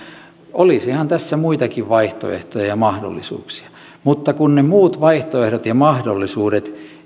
olisihan tässä muitakin vaihtoehtoja ja mahdollisuuksia mutta kun ne muut vaihtoehdot ja mahdollisuudet